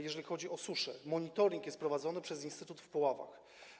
Jeżeli chodzi o suszę, monitoring jest prowadzony przez instytut w Puławach.